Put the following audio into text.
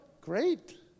Great